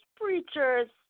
preachers